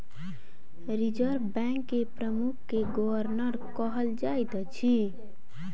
reserve bank के प्रमुख के गवर्नर कहल जाइत अछि